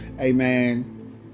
amen